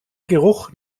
geruch